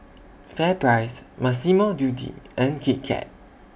FairPrice Massimo Dutti and Kit Kat